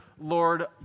Lord